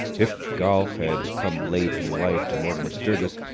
if golf had come late in life to mortimer sturgis,